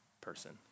person